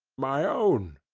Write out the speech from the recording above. my own.